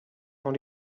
dans